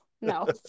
no